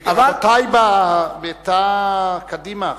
רבותי בתא קדימה.